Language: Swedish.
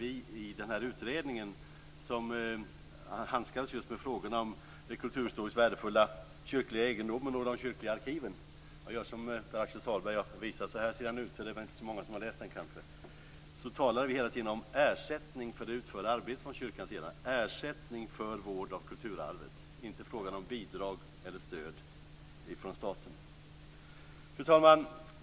I den utredning som har handskats just med frågorna om den kulturhistoriskt värdefulla kyrkliga egendomen och de kyrkliga arkiven talar vi hela tiden om ersättning för kyrkans utförda arbete och ersättning för vård av kulturarvet. Det är alltså inte fråga om bidrag eller stöd från staten. Fru talman!